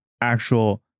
actual